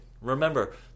Remember